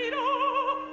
you know ow